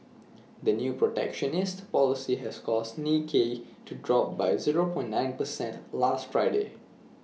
the new protectionist policy has caused Nikkei to drop by zero point nine percent last Friday